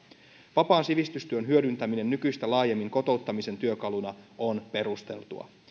vapaan sivistystyön hyödyntäminen nykyistä laajemmin kotouttamisen työkaluna on perusteltua